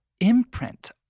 imprint